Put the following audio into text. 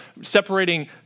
separating